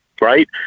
right